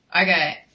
Okay